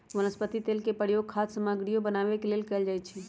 वनस्पति तेल के प्रयोग खाद्य सामगरियो बनावे के लेल कैल जाई छई